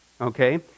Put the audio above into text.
Okay